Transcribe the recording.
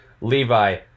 Levi